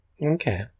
Okay